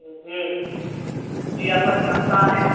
तो ये आपका स्थान कहाँ है